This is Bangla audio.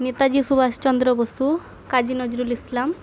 নেতাজি সুভাষচন্দ্র বসু কাজী নজরুল ইসলাম